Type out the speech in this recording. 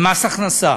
במס הכנסה.